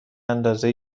اندازه